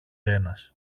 ένας